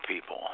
people